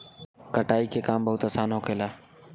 कटाई के काम बहुत आसान होखेला